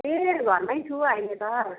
ए घरमै छु अहिले त